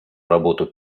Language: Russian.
работу